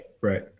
Right